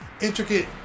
intricate